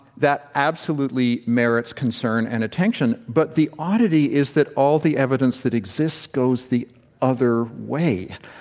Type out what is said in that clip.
that, absolutely, merits concern and attention. but the oddity is that all the evidence that exists goes the other way.